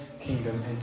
kingdom